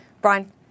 Brian